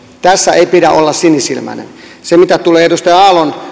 tässä ei pidä olla sinisilmäinen mitä tulee edustaja aallon